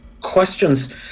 questions